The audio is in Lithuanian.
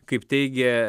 kaip teigė